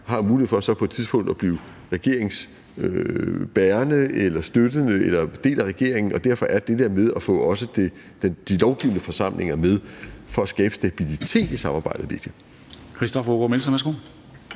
et tidspunkt at blive regeringsbærende eller -støttende eller del af regeringen, og derfor tror jeg bare, at det der med også at få de lovgivende forsamlinger med for at skabe stabilitet i samarbejdet er